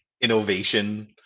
innovation